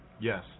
Yes